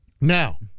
Now